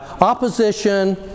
opposition